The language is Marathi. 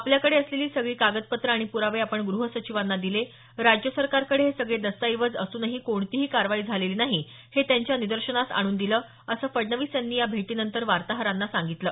आपल्याकडे असलेली सगळी कागदपत्रं आणि प्रावे आपण गृहसचिवांना दिले राज्य सरकारकडे हे सगळे दस्तऐवज असूनही कोणतीही कारवाई झालेली नाही हे त्यांच्या निदर्शनास आणून दिलं असं फडणवीस यांनी या भेटीनंतर वार्ताहरांना सांगितलं